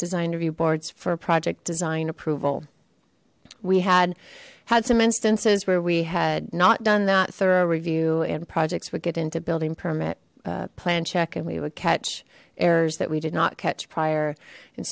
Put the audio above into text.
design review boards for project design approval we had had some instances where we had not done that thorough review and projects would get into building permit plan check and we would catch errors that we did not catch prior and